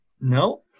No